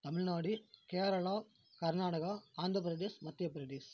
Tamil Nadu Kerala Karnataka Andhra Pradesh Madhya Pradesh